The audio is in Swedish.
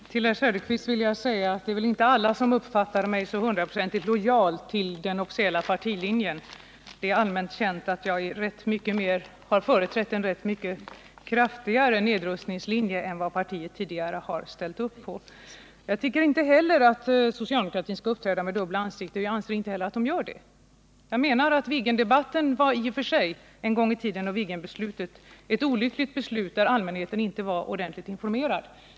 Herr talman! Till herr Söderqvist vill jag säga att det väl inte är alla som uppfattar mig som hundraprocentigt lojal mot den officiella partilinjen. Det är allmänt känt att jag har talat för en mycket kraftigare nedrustning än partiet tidigare ställt upp på. Inte heller jag tycker att socialdemokratin skall uppträda med dubbla ansikten, men jag anser inte att den gör det. Jag menar att Viggenbeslutet i och för sig var ett olyckligt beslut om vilket allmänheten inte var ordentligt informerad.